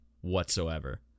whatsoever